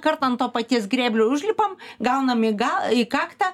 kartą ant to paties grėblio užlipam gaunam į ga į kaktą